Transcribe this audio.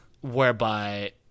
Whereby